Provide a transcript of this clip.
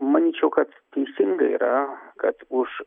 manyčiau kad teisingai yra kad už